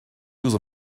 use